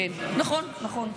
כן, נכון, נכון.